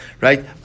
right